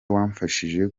wamfashije